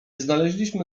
znaleźliśmy